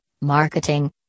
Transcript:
marketing